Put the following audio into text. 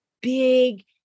big